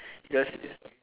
just